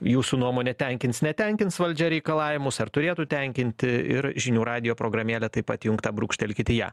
jūsų nuomone tenkins netenkins valdžia reikalavimus ar turėtų tenkinti ir žinių radijo programėlė taip įjungta brūkštelkit į ją